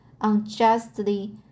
unjustly